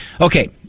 Okay